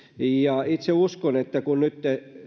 itse uskon että kun